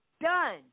done